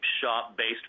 shop-based